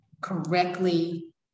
correctly